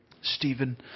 Stephen